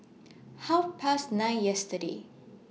Half Past nine yesterday